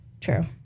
True